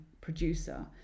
producer